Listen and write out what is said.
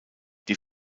die